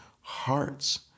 hearts